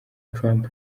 trump